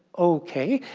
okay,